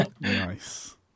nice